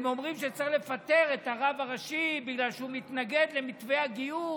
אומרים שצריך לפטר את הרב הראשי בגלל שהוא מתנגד למתווה הגיור